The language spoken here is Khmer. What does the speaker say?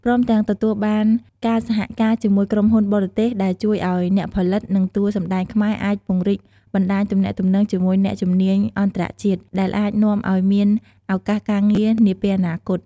ព្រមទាំងទទួលបានការសហការជាមួយក្រុមហ៊ុនបរទេសដែលជួយឱ្យអ្នកផលិត និងតួសម្ដែងខ្មែរអាចពង្រីកបណ្តាញទំនាក់ទំនងជាមួយអ្នកជំនាញអន្តរជាតិ ដែលអាចនាំឱ្យមានឱកាសការងារនាពេលអនាគត។